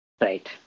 Right